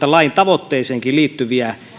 lain tavoitteeseenkin liittyen ristiriitaisia